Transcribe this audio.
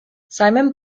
simon